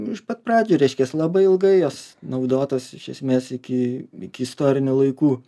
iš pat pradžių reiškias labai ilgai jos naudotos iš esmės iki iki istorinių laikų